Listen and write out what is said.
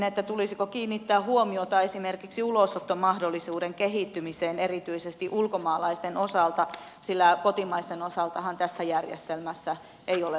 kysyisin tulisiko kiinnittää huomiota esimerkiksi ulosottomahdollisuuden kehittymiseen erityisesti ulkomaalaisten osalta sillä kotimaisten osaltahan tässä järjestelmässä ei ole ongelmia